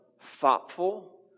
thoughtful